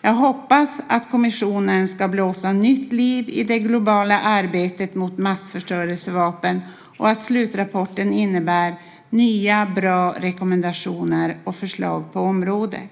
Jag hoppas att kommissionen ska blåsa nytt liv i det globala arbetet mot massförstörelsevapen och att slutrapporten innebär nya bra rekommendationer och förslag på området.